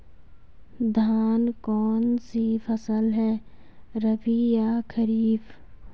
धान कौन सी फसल है रबी या खरीफ?